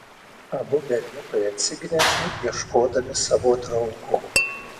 abu berniukai atsigręžė ieškodami savo draugo